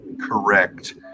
correct